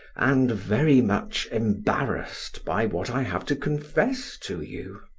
and very much embarrassed by what i have to confess to you.